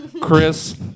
Chris